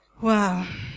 Wow